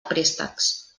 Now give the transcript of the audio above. préstecs